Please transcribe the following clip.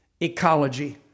ecology